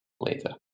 later